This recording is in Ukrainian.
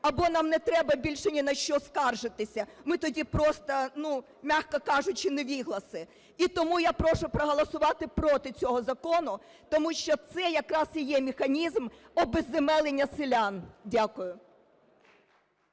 або нам треба більше ні на що скаржитися, ми тоді просто, м'яко кажучи, невігласи. І тому я прошу проголосувати проти цього закону, тому що це якраз і є механізм обезземелення селян. Дякую.